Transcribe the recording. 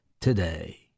today